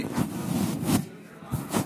אני מבקש להתחשב,